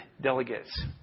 delegates